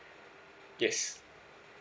yes